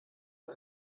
für